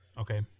okay